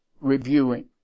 reviewing